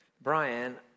Brian